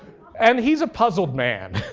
and he's a puzzled man.